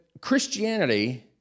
Christianity